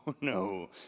no